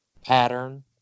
pattern